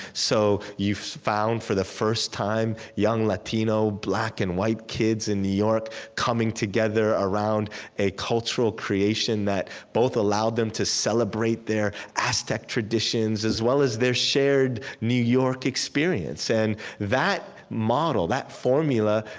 so you found for the first time young latino, black, and white kids in new york coming together around a cultural creation that both allowed them to celebrate their aztec traditions as well as their shared new york experience. and that model, that formula,